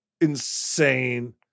insane